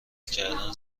کردن